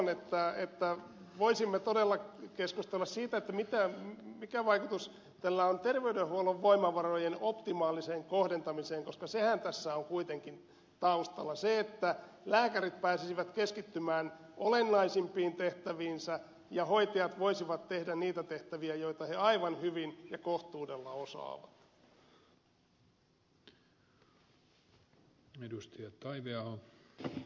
toivon että voisimme todella keskustella siitä mikä vaikutus tällä on terveydenhuollon voimavarojen optimaaliseen kohdentamiseen koska sehän tässä on kuitenkin taustalla että lääkärit pääsisivät keskittymään olennaisimpiin tehtäviinsä ja hoitajat voisivat tehdä niitä tehtäviä joita he aivan hyvin ja kohtuudella osaavat